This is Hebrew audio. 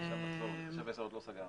את סעיף 10 עוד לא סגרנו.